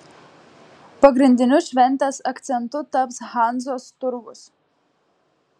pagrindiniu šventės akcentu taps hanzos turgus